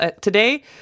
Today